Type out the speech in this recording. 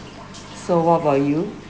so what about you